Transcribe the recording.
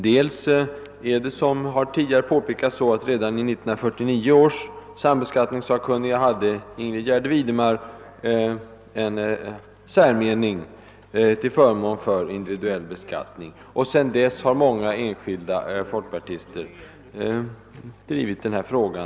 Såsom redan påpekats hade Ingrid Gärde Widemar inom 1949 års sambeskattningssakkunniga en särmening till förmån för individuell beskattning, och sedan dess har många enskilda folkpartister drivit denna fråga.